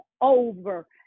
over